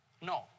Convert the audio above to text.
no